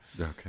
Okay